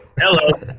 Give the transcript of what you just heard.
Hello